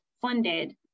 funded